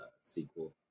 sequel